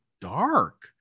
dark